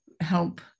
help